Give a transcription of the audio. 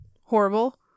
horrible